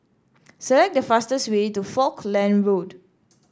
select the fastest way to Falkland Road